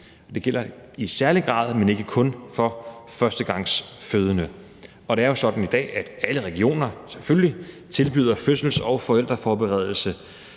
Det gælder i særlig grad, men ikke kun for førstegangsfødende. Det er jo sådan i dag, at alle regioner selvfølgelig tilbyder fødsels- og forældreforberedelse,